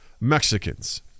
Mexicans